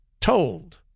told